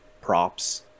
props